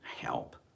help